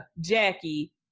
Jackie